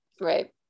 right